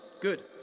Good